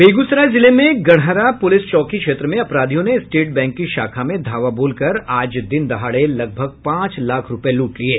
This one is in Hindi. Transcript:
बेगूसराय जिले में गढ़हरा पुलिस चौकी क्षेत्र में अपराधियों ने स्टेट बैंक की शाखा में धावा बोलकर आज दिन दहाड़े लगभग पांच लाख रूपये लूट लिये